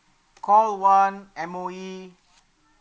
call one M_O_E